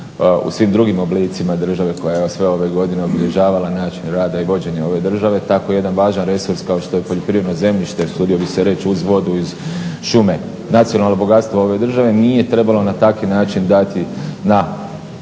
u svim drugim oblicima države koja je sve ove godine obilježavala način rada i vođenja ove države tako i jedan važan …/Ne razumije se./… kao što je poljoprivredno zemljište, usudio bih se reći uz vodu i šume. Nacionalno bogatstvo ove države nije trebalo na takav način dati na